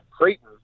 Creighton